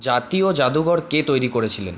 জাতীয় জাদুঘর কে তৈরি করেছিলেন